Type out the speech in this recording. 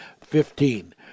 Fifteen